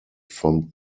from